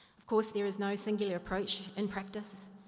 of course there is no singular approach in practice.